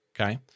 okay